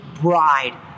bride